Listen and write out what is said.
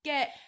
Get